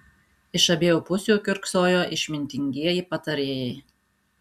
iš abiejų pusių kiurksojo išmintingieji patarėjai